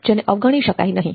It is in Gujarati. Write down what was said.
જેને અવગણી શકાય નહીં